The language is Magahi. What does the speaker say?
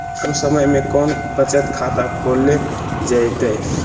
कम समय में कौन बचत खाता खोले जयते?